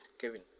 Kevin